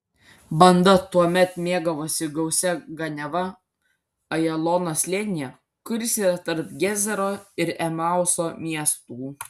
banda tuomet mėgavosi gausia ganiava ajalono slėnyje kuris yra tarp gezero ir emauso miestų